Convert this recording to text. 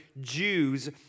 Jews